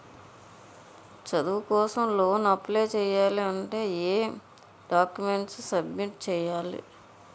చదువు కోసం loan apply చేయాలి అంటే ఎం డాక్యుమెంట్స్ సబ్మిట్ చేయాలి?